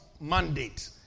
mandate